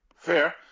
Fair